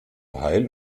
heil